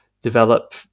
Develop